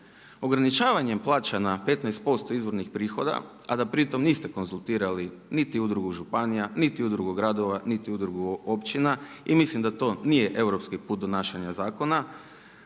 Ograničavanjem plaća na 15% izvornih prihoda, a da pri tome niste konzultirali niti Udrugu županija, niti Udruga gradova, niti Udruga općina i mislim da to nije europski put donašanja zakona